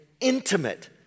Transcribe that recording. intimate